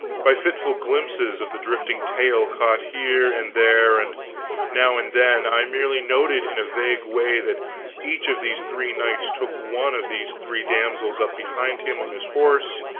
by fitful glimpses of the drifting tale, caught here and there and now and then, i merely noted in a vague way that each of these three knights took one of these three damsels up behind him on his horse,